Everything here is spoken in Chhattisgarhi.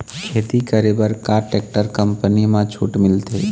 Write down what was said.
खेती करे बर का टेक्टर कंपनी म छूट मिलथे?